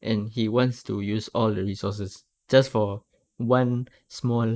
and he wants to use all the resources just for one small